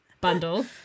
bundle